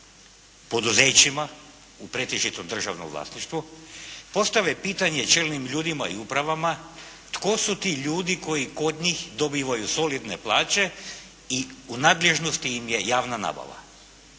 poduzećima u pretežitom državnom vlasništvu postave pitanje čelnim ljudima i upravama tko su ti ljudi koji kod njih dobivaju solidne plaće i u nadležnosti im je javna nabava.